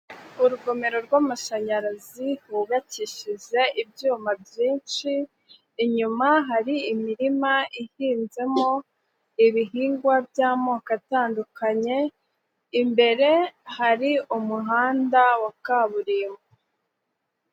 Urugomero rw'amashanyarazi rw'uwubakishije ibyuma byinshi, inyuma hari imirima ihinzemo ibihingwa by'amoko atandukanye, imbere hari umuhanda wa kaburimbo.